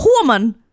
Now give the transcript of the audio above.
woman